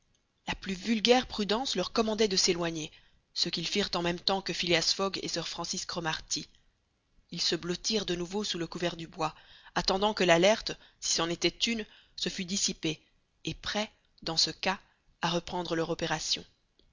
la plus vulgaire prudence leur commandait de s'éloigner ce qu'ils firent en même temps que phileas fogg et sir francis cromarty ils se blottirent de nouveau sous le couvert du bois attendant que l'alerte si c'en était une se fût dissipée et prêts dans ce cas à reprendre leur opération